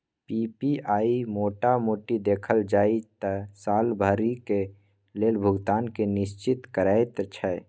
PPI मोटा मोटी देखल जाइ त साल भरिक लेल भुगतान केँ निश्चिंत करैत छै